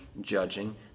judging